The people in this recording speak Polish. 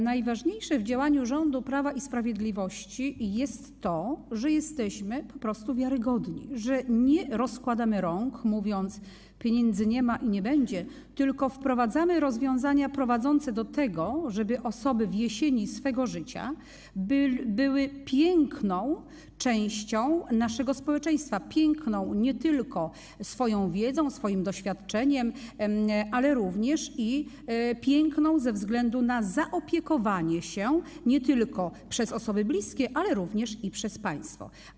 Najważniejsze w działaniu rządu Prawa i Sprawiedliwości jest to, że jesteśmy po prostu wiarygodni, że nie rozkładamy rąk, mówiąc: pieniędzy nie ma i nie będzie, tylko wprowadzamy rozwiązania prowadzące do tego, żeby osoby na jesieni swego życia były piękną częścią naszego społeczeństwa, nie tylko ze względu na ich wiedzę, doświadczenie, ale również ze względu na zaopiekowanie się nimi nie tylko przez osoby bliskie, ale również przez państwo.